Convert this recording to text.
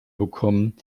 bekommen